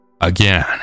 Again